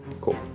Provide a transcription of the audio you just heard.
cool